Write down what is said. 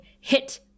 hit